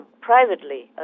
privately